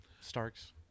Starks